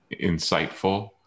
insightful